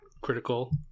critical